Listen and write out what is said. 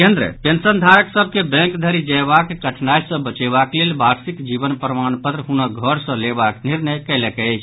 केन्द्र पेंशनधारक सभ के बैंक धरि जयबाक कठिनाई सँ बचेबाक लेल वार्षिक जीवन प्रमाण पत्र हुनक घर सँ लेबाक निर्णय कयलक अछि